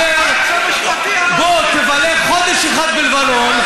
תבלה חודש אחד בלבנון,